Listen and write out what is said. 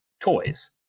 toys